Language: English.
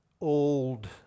old